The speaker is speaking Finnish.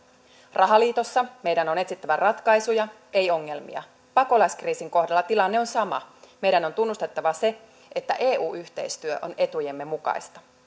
rahaliitossa meidän on etsittävä ratkaisuja ei ongelmia pakolaiskriisin kohdalla tilanne on sama meidän on tunnustettava se että eu yhteistyö on etujemme mukaista